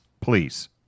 Please